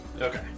Okay